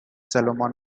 salmon